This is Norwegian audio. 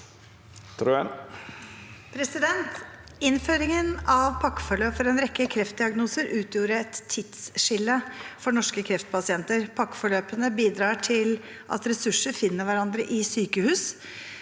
«Innførin- gen av pakkeforløp for en rekke kreftdiagnoser utgjorde et tidsskille for norske kreftpasienter. Pakkeforløpene bidrar til at ressurser finner hverandre i sykehus,